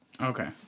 Okay